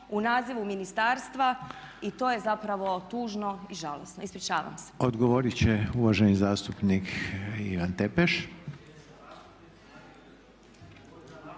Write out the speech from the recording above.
u nazivu ministarstva i to je zapravo tužno i žalosno. Ispričavam se.